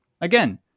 Again